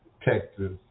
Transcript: Texas